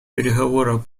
переговоров